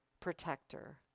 protector